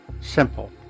Simple